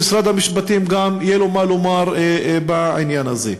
שגם למשרד המשפטים יהיה מה לומר בעניין הזה.